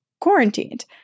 quarantined